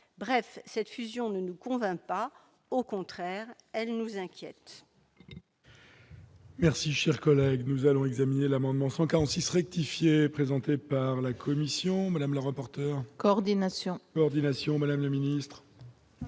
Bref, cette fusion ne nous convainc pas ; au contraire, elle nous inquiète.